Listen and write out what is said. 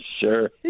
Sure